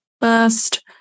first